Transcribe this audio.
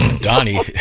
Donnie